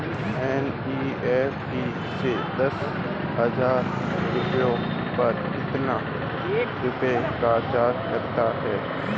NEFT से दस हजार रुपयों पर कितने रुपए का चार्ज लगता है?